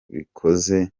bikoze